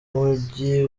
mujyi